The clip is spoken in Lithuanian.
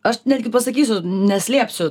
aš netgi pasakysiu neslėpsiu